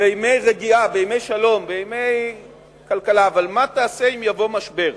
בימי רגיעה, בימי שלום, אבל מה תעשה אם יבוא משבר,